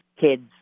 kid's